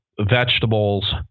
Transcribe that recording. vegetables